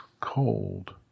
cold